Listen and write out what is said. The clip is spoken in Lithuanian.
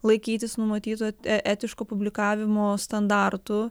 laikytis numatyto etiško publikavimo standartų